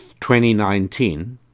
2019